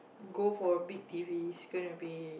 go for a big t_v it's gonna be